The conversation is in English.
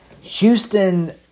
Houston